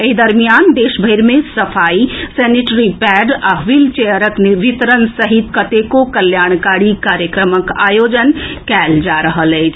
एहि दरमियान देशभरि मे सफाई सेनिटरी पेड आ व्हील चेयरक वितरण सहित कतेको कल्याणकारी कार्यक्रमक आयोजन कयल जा रहल अछि